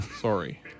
Sorry